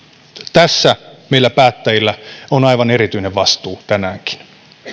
tässä meillä päättäjillä on aivan erityinen vastuu tänäänkin